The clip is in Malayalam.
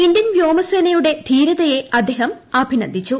ഇന്ത്യൻ വ്യോമസേനയുടെ ക്ടീര്യെഅദ്ദേഹംഅഭിനന്ദിച്ചു